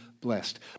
blessed